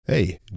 Hey